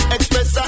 Express